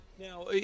Now